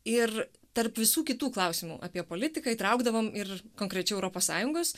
ir tarp visų kitų klausimų apie politiką įtraukdavom ir konkrečiai europos sąjungos